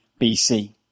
BC